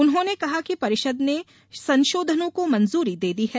उन्होंने कहा कि परिषद ने संशोधनों को मंजरी दे दी है